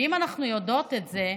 ואם אנחנו יודעות את זה,